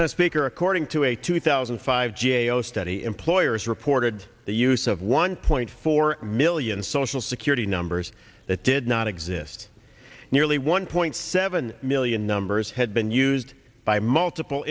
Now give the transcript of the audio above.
a speaker according to a two thousand and five g a o study employers reported the use of one point four million social security numbers that did not exist nearly one point seven million numbers had been used by multiple